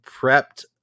prepped